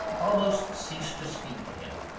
almost ceased to speak to him,